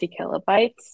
kilobytes